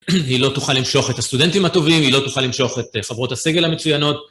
היא לא תוכל למשוך את הסטודנטים הטובים, היא לא תוכל למשוך את חברות הסגל המצוינות.